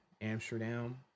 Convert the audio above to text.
amsterdam